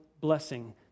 blessing